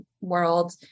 world